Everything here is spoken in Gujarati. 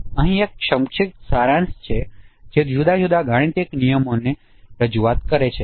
અહીં એક સંક્ષિપ્ત સારાંશ છે કે જુદા જુદા ગાણિતીક નિયમોની રજૂઆત કરે છે